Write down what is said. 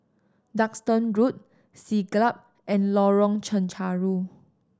Duxton Road Siglap and Lorong Chencharu